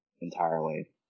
entirely